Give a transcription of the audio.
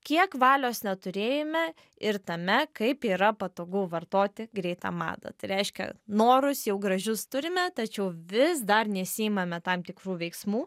kiek valios neturėjime ir tame kaip yra patogu vartoti greitą madą tai reiškia norus jau gražius turime tačiau vis dar nesiimame tam tikrų veiksmų